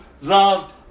loved